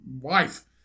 wife